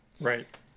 Right